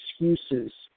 excuses